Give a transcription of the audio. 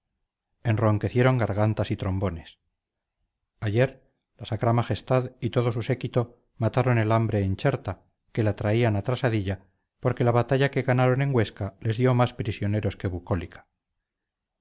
músicas enronquecieron gargantas y trombones ayer la sacra majestad y todo su séquito mataron el hambre en cherta que la traían atrasadilla porque la batalla que ganaron en huesca les dio más prisioneros que bucólica